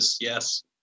Yes